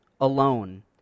alone